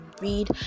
read